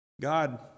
God